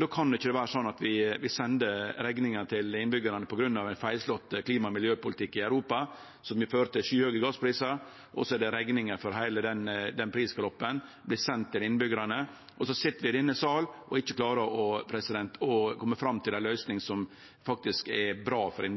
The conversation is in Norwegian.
Då kan det ikkje vere slik at vi sender rekninga til innbyggjarane på grunn av ein feilslått klima- og miljøpolitikk i Europa, som vil føre til skyhøge gassprisar. Rekninga for heile den prisgaloppen vert send til innbyggjarane, og så sit vi i denne sal og ikkje klarer å kome fram til i løysing som faktisk er bra for